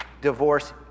divorce